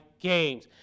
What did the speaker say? games